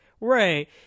right